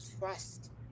trust